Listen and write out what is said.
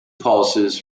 pulses